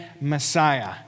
Messiah